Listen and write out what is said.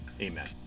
amen